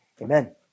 Amen